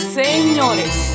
señores